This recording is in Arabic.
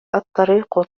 الطريق